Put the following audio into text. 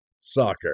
Soccer